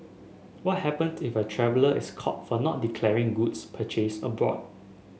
what happen if a traveller is caught for not declaring goods purchased abroad